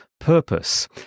purpose